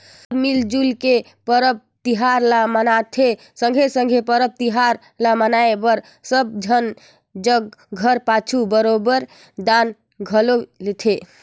सब मिल जुइल के परब तिहार ल मनाथें संघे संघे परब तिहार ल मनाए बर सब झन जग घर पाछू बरोबेर दान घलो लेथें